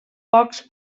pocs